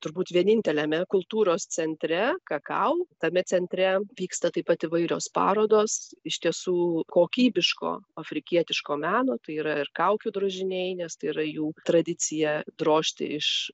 turbūt vieninteliame kultūros centre kakau tame centre vyksta taip pat įvairios parodos iš tiesų kokybiško afrikietiško meno tai yra ir kaukių drožiniai nes tai yra jų tradicija drožti iš